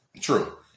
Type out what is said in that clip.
True